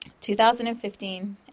2015